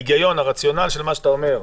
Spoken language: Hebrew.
ההיגיון, הרציונל של מה שאתה אומר,